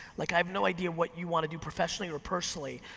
like i have no idea what you wanna do professionally or personally,